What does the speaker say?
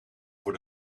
voor